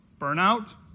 burnout